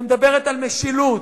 שמדברת על משילות,